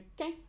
okay